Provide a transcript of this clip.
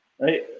Right